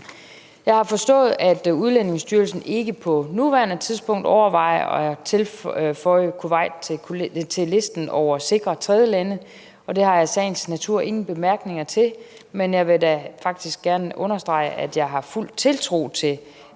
Jeg har forstået, at Udlændingestyrelsen ikke på nuværende tidspunkt overvejer at føje Kuwait til listen over sikre tredjelande, og det har jeg i sagens natur ingen bemærkninger til. Men jeg vil faktisk gerne understrege, at jeg har fuld tiltro til, at